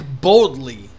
boldly